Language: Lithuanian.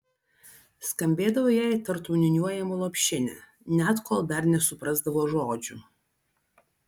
skambėdavo jai tartum niūniuojama lopšinė net kol dar nesuprasdavo žodžių